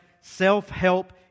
self-help